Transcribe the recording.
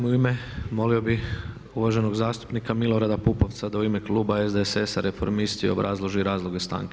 U ime, molio bih uvaženog zastupnika Milorada Pupovca da u ime kluba SDSS-a Reformisti obrazloži razloge stanke.